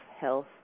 health